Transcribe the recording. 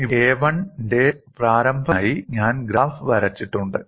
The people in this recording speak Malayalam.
ഇവിടെ a1 ന്റെ പ്രാരംഭ വിള്ളൽ ദൈർഘ്യത്തിനായി ഞാൻ ഗ്രാഫ് വരച്ചിട്ടുണ്ട്